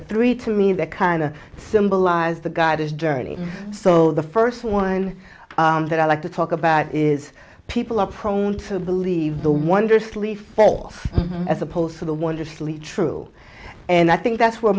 are three to me that kind of symbolize the guiders journey so the first one that i like to talk about is people are prone to believe the wonder sleep felt as opposed to the wonderfully true and i think that's where